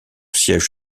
siège